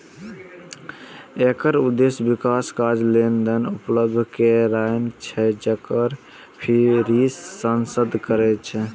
एकर उद्देश्य विकास कार्य लेल धन उपलब्ध करेनाय छै, जकर सिफारिश सांसद करै छै